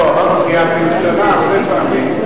כי הממשלה הרבה פעמים,